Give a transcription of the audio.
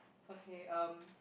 okay um